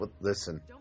listen